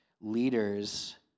leaders